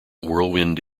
whirlwind